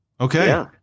Okay